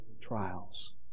trials